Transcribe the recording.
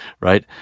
right